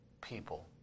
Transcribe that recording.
people